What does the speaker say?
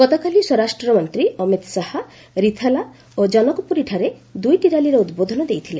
ଗତକାଲି ସ୍ୱରାଷ୍ଟ୍ର ମନ୍ତ୍ରୀ ଅମିତ୍ ଶାହା ରିଥାଲା ଓ ଜନକପୁରୀଠାରେ ଦୁଇଟି ର୍ୟାଲିରେ ଉଦ୍ବୋଧନ ଦେଇଥିଲେ